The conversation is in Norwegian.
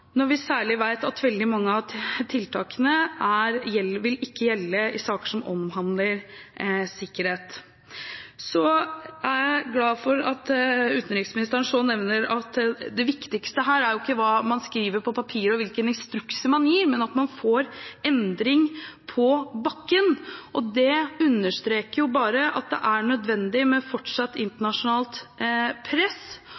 når vi vet at veldig mange av tiltakene ikke vil gjelde saker som omhandler sikkerhet. Jeg er glad for at utenriksministeren nevner at det viktigste her er ikke hva man skriver på papiret og hvilke instrukser man gir, men at man får endring på bakken. Det understreker bare at det er nødvendig med fortsatt internasjonalt press,